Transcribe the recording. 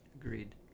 Agreed